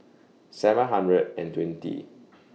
seven hundred and twenty